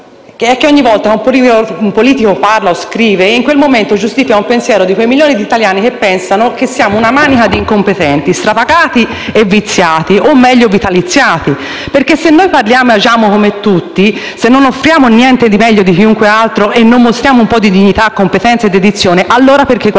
è che ogni volta che un politico parla e scrive, in quel momento giustifica il pensiero di quei milioni di italiani che pensano che siamo una manica di incompetenti, strapagati e viziati, o meglio "vitaliziati". Se noi parliamo e agiamo come tutti, se non offriamo niente di meglio di chiunque altro e non mostriamo un po' di dignità, competenza e dedizione, allora perché guadagniamo